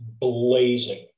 blazing